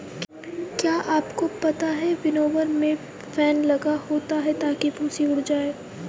क्या आपको पता है विनोवर में फैन लगा होता है ताकि भूंसी उड़ जाए?